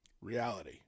Reality